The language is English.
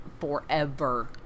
forever